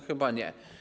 Chyba nie.